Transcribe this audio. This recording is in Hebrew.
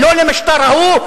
"לא" למשטר ההוא,